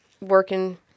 working